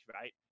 right